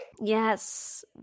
Yes